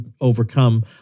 overcome